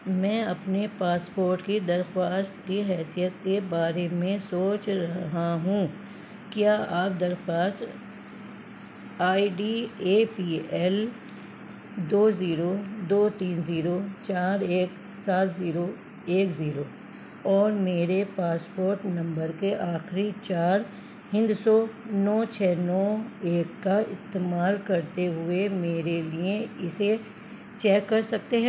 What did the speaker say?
میں اپنے پاسپورٹ کی درخواست کی حیثیت کے بارے میں سوچ رہا ہوں کیا آپ درخواست I D A P L دو زیرو دو تین زیرو چار ایک سات زیرو ایک زیرو اور میرے پاسپورٹ نمبر کے آخری چار ہندسوں نو چھ نو ایک کا استعمال کرتے ہوئے میرے لیے اسے چیک کر سکتے ہیں